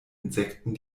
insekten